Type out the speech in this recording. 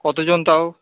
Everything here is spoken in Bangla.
কতজন তাও